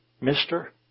Mister